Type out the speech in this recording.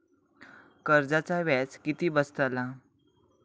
कर्जाचा व्याज किती बसतला?